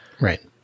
Right